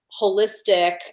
holistic